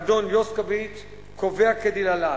אדון יוסקוביץ קובע כדלהלן: